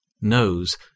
knows